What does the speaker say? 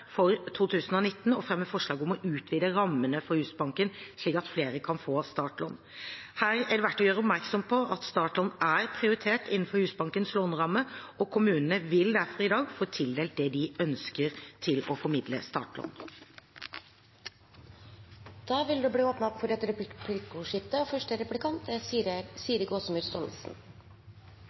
for 2019 fremme forslag om å utvide rammene for Husbanken, slik at flere kan få startlån. Her er det verdt å gjøre oppmerksom på at startlån er prioritert innenfor Husbankens låneramme. Kommunene vil derfor i dag få tildelt det de ønsker til å formidle startlån. Det